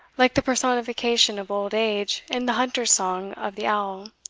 like the personification of old age in the hunter's song of the owl,